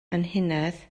anhunedd